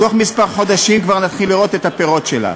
בתוך כמה חודשים כבר נתחיל לראות את הפירות שלה.